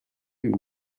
une